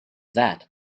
that